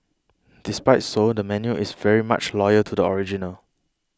despite so the menu is very much loyal to the original